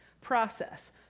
Process